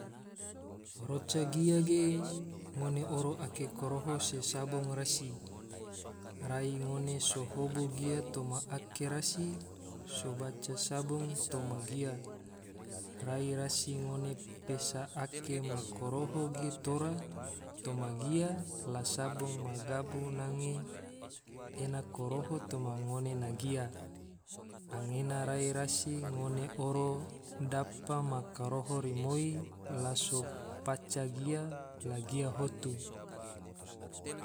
Roca gia ge, ngone oro ake koroho se sabong rasi, rai ngone so hobo gia toma ake rasi, so baca sabong toma gia, rai rasi ngone pesa ake ma koroho ge tora toma gia, la sabong ma gabu nange ena koroho toma ngone na gia, anggena rasi ngone oro dapa ma karoho rimoi la so paca gia. la gia hotu